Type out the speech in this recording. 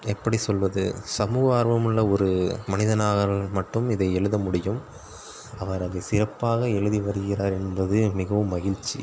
எப்படி சொல்லுவது சமூக ஆர்வமுள்ள ஒரு மனிதனாக மட்டும் இதை எழுத முடியும் அவர் அதை சிறப்பாக எழுதி வருகிறார் என்பது மிகவும் மகிழ்ச்சி